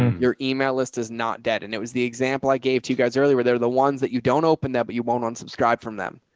your email list is not dead. and it was the example i gave to you guys earlier. they're the ones that you don't open them, but you won't unsubscribe from them.